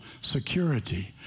security